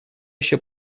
еще